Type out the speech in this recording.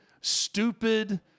stupid